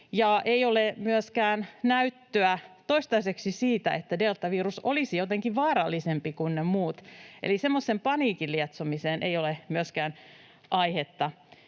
Ei ole myöskään toistaiseksi näyttöä siitä, että deltavirus olisi jotenkin vaarallisempi kuin ne muut, eli semmoisen paniikin lietsomiseen ei ole myöskään aihetta.